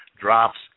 drops